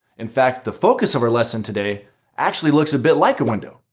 in fact, the focus of our lesson today actually looks a bit like a window.